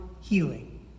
healing